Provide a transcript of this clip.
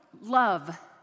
love